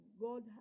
God